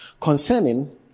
concerning